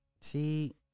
see